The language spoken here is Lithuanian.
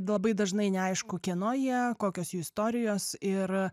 labai dažnai neaišku kieno jie kokios jų istorijos ir